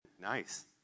Nice